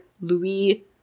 Louis